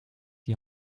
die